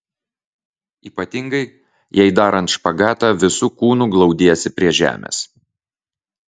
ypatingai jei darant špagatą visu kūnu glaudiesi prie žemės